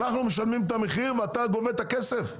אנחנו משלמים את המחיר ואתה גובה את הכסף?